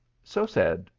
so said,